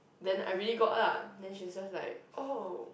then I really got lah then she's just like oh